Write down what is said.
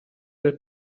del